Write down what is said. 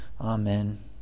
Amen